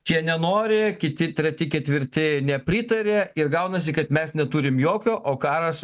tie nenori kiti treti ketvirti nepritaria ir gaunasi kad mes neturim jokio o karas